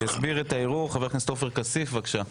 יסביר את הערעור חבר הכנסת עופר כסיף, בבקשה.